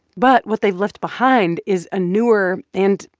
but what they've left behind is a newer and,